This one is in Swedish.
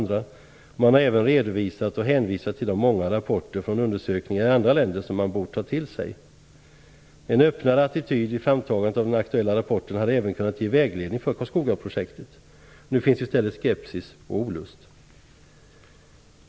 De har även redovisat och hänvisat till de många rapporter från undersökningar i andra länder som man bort ta till sig. En öppnare attityd i framtagandet av den aktuella rapporten hade även kunnat ge vägledning för Karlskogaprojektet. Nu finns i stället skepsis och olust.